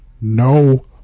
No